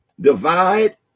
Divide